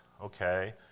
okay